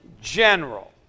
general